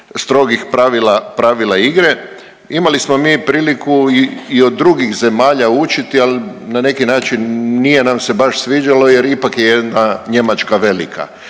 strogih pravila igre. Imali smo priliku i od drugih zemalja učiti, ali na neki način nije nam se baš sviđalo jer ipak je jedna Njemačka velika.